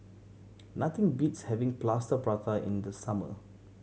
nothing beats having Plaster Prata in the summer